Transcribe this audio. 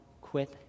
quit